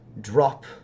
drop